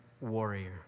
warrior